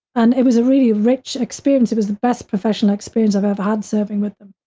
and it was a really rich experience. it was the best professional experience i've ever had serving with them,